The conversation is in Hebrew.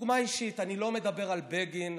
אני לא מדבר על בגין,